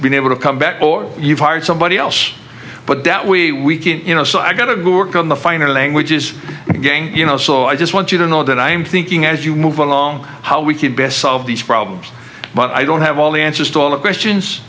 been able to come back or you've hired somebody else but that we can't you know so i got a good work on the finer languages again you know so i just want you to know that i'm thinking as you move along how we could best solve these problems but i don't have all the answers to all of questions